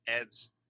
adds